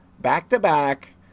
back-to-back